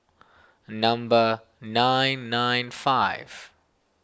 number nine nine five